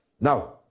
Now